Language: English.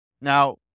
Now